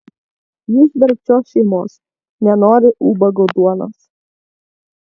ji iš darbščios šeimos nenori ubago duonos